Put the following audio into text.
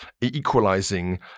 equalizing